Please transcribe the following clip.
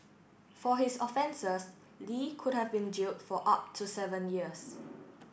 for his offences Li could have been jail for up to seven years